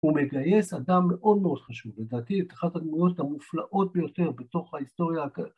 ‫הוא מגייס אדם מאוד מאוד חשוב, ‫לדעתי, ‫את אחת הדמויות המופלאות ביותר ‫בתוך ההיסטוריה...